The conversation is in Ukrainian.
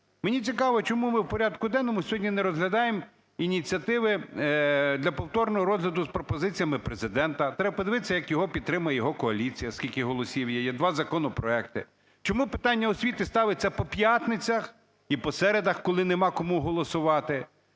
Мені цікаво, чому ми в порядку денному сьогодні не розглядаємо ініціативи для повторного розгляду з пропозиціями Президента. Треба подивитися, як його підтримує його коаліція, скільки голосів є. Є два законопроекти. Чому питання освіти ставиться по п'ятницях і по середах, коли нема кому голосувати?